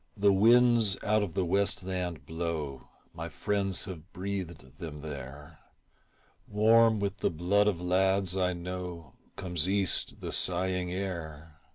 the winds out of the west land blow, my friends have breathed them there warm with the blood of lads i know comes east the sighing air.